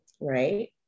Right